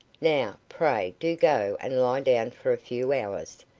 now, pray do go and lie down for a few hours.